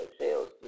sales